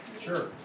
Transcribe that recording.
Sure